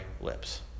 lips